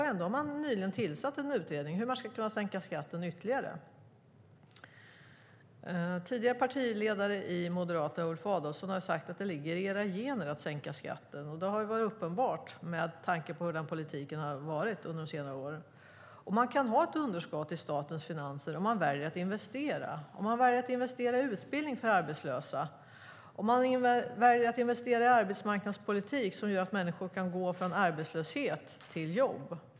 Ändå har man nyligen tillsatt en utredning om hur man ska kunna sänka skatten ytterligare. En tidigare partiledare i Moderaterna, Ulf Adelsohn, har sagt att det ligger i era gener att sänka skatten, och det har varit uppenbart med tanke på hur skattepolitiken har varit under senare år. Man kan ha ett underskott i statens finanser om man väljer att investera, om man väljer att investera i utbildning för arbetslösa och om man väljer att investera i arbetsmarknadspolitik som gör att människor kan gå från arbetslöshet till jobb.